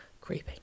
creepy